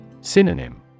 Synonym